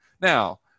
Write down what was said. Now